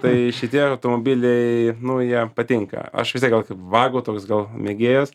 tai šitie automobiliai nu jie patinka aš vis tiek gal taip vago toks gal mėgėjas